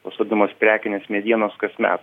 tos vadinamos prekinės medienos kasmet